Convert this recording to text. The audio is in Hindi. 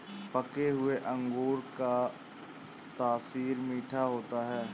पके हुए अंगूर का तासीर मीठा होता है